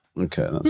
okay